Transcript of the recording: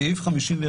נקודה, סימן קריאה.